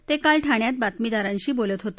ते काल ठाण्यात बातमीदारांशी बोलत होते